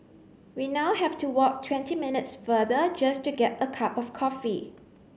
we now have to walk twenty minutes farther just to get a cup of coffee